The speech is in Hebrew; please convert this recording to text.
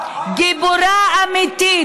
מה מחבלת?